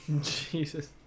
Jesus